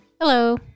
Hello